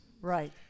Right